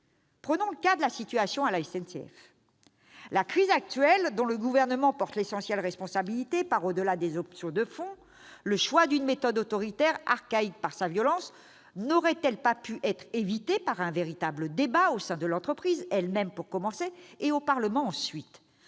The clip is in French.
Prenons le cas de la crise actuelle de la SNCF, dont le Gouvernement porte l'essentiel de la responsabilité. Au-delà des options de fond, le choix d'une méthode autoritaire, archaïque par sa violence, n'aurait-il pu être évité par un véritable débat au sein de l'entreprise elle-même pour commencer, et au Parlement ensuite ?